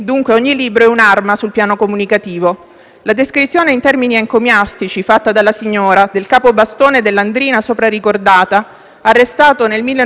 Signor Presidente, onorevoli colleghi, intervengo in Aula per portare all'attenzione dell'Assemblea una vicenda incresciosa che vede, ancora una volta, coinvolta la mia terra, la Calabria.